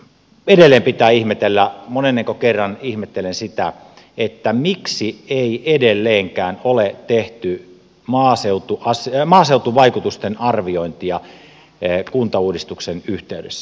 edelleen pitää ihmetellä monennenko kerran ihmettelen sitä miksi ei edelleenkään ole tehty maaseutuvaikutusten arviointia kuntauudistuksen yhteydessä